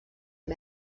amb